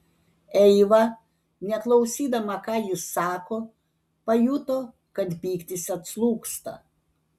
eiva neklausydama ką jis sako pajuto kad pyktis atslūgsta